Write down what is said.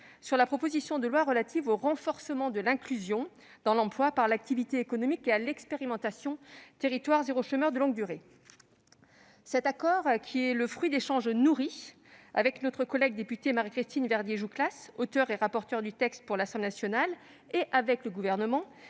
sur la proposition de loi relative au renforcement de l'inclusion dans l'emploi par l'activité économique et à l'expérimentation « territoires zéro chômeur de longue durée ». Cet accord, qui est le fruit d'échanges nourris avec notre collègue députée Marie-Christine Verdier-Jouclas, auteure et rapporteure du texte pour l'Assemblée nationale, et avec le Gouvernement,